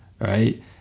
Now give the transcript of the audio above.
right